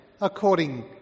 according